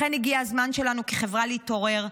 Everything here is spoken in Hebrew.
לכן הגיע הזמן שלנו כחברה להתעורר,